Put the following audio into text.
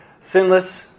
sinless